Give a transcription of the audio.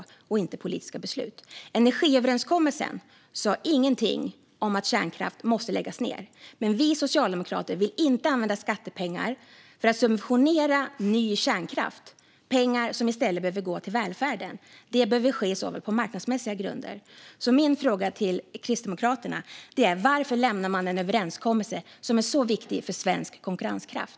Det är inte politiska beslut. Energiöverenskommelsen säger ingenting om att kärnkraft måste läggas ned, men vi socialdemokrater vill inte använda skattepengar för att subventionera ny kärnkraft - pengar som i stället behöver gå till välfärden. Det behöver i så fall ske på marknadsmässiga grunder. Min fråga till Kristdemokraterna är: Varför lämnar man en överenskommelse som är så viktig för svensk konkurrenskraft?